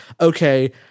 okay